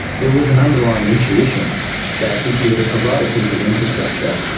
there was an underlying intuition that if you were to provide a piece of infrastructure,